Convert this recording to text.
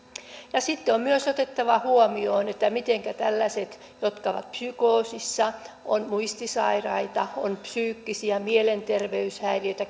sitten on on myös otettava huomioon mitenkä tällaiset jotka ovat psykoosissa ovat muistisairaita on psyykkisiä mielenterveyshäiriöitä